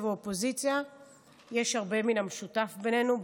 ואופוזיציה יש הרבה מן המשותף בינינו,